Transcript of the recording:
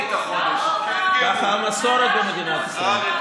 ככה המסורת במדינת ישראל.